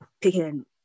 picking